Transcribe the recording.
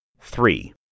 Three